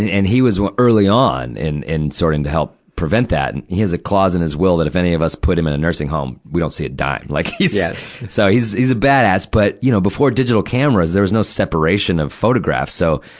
and he was early on in, in sorting to help prevent that. and he has a clause in his will, that if any of us put him in a nursing home, we don't see a dime. like yeah so, he's, he's a badass. but, you know before digital cameras, there was no separation of photographs. so,